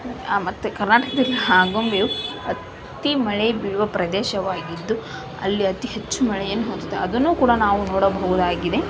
ಮತ್ತು ಕರ್ನಾಟಕದಲ್ಲಿ ಆಗುಂಬೆಯು ಅತಿ ಮಳೆ ಬೀಳುವ ಪ್ರದೇಶವಾಗಿದ್ದು ಅಲ್ಲಿ ಅತಿ ಹೆಚ್ಚು ಮಳೆಯನ್ನು ಹೊಂದಿರುತ್ತೆ ಅದನ್ನು ಕೂಡ ನಾವು ನೋಡಬಹುದಾಗಿದೆ